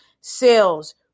sales